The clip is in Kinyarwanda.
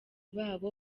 babo